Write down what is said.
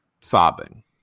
sobbing